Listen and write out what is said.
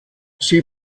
sie